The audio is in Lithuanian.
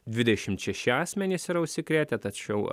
dvidešimt šeši asmenys yra užsikrėtę tačiau